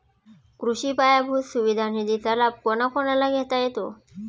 कृषी पायाभूत सुविधा निधीचा लाभ कोणाकोणाला घेता येतो?